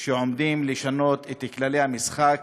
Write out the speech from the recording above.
שעומדים לשנות את כללי המשחק.